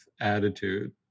attitude